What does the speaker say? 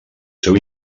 seu